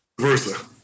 versa